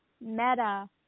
Meta